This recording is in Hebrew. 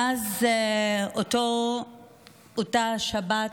מאז אותה שבת שחורה,